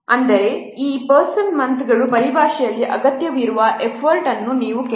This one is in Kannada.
ಅಂದರೆ ಇದು ಪರ್ಸನ್ ಮಂತ್ಗಳ ಪರಿಭಾಷೆಯಲ್ಲಿ ಅಗತ್ಯವಿರುವ ಎಫರ್ಟ್ ಎಂದು ನೀವು ಹೇಳಬಹುದು